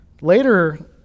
Later